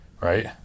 right